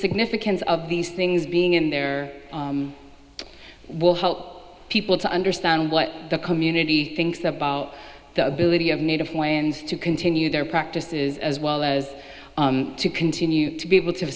significance of these things being in there will help people to understand what the community thinks that about the ability of native hawaiians to continue their practices as well as to continue to be able to